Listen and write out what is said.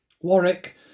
warwick